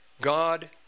God